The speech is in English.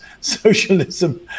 socialism